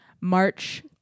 March